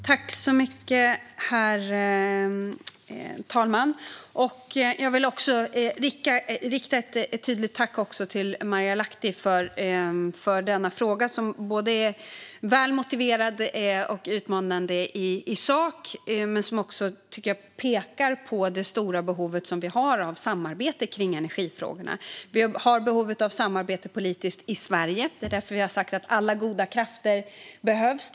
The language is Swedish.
Herr talman! Jag vill rikta ett tydligt tack till Marielle Lahti för frågan som är väl motiverad och utmanande i sak och pekar på det stora behov vi har av samarbete kring energifrågorna. Vi har ett behov av politiskt samarbete i Sverige. Det är därför vi har sagt att alla goda krafter behövs.